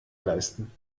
leisten